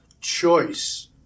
choice